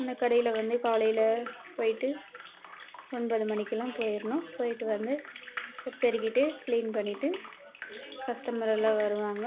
இந்த கடையில் வந்து காலையில் போயிட்டு ஒன்பது மணிக்குலாம் போயிடணும் போயிட்டு வந்து இப் பெறிக்கிட்டு க்ளீன் பண்ணிட்டு கஸ்டமரெல்லா வருவாங்க